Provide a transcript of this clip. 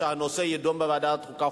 שהנושא יידון בוועדת חוקה,